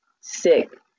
sick